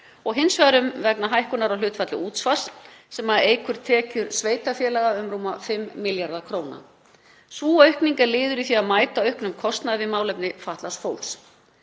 og hins vegar vegna hækkunar á hlutfalli útsvars sem eykur tekjur sveitarfélaga um rúma 5 milljarða kr. Sú aukning er liður í því að mæta auknum kostnaði við málefni fatlaðs fólks.